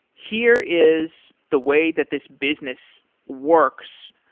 here is the way that this business works,